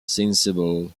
sensible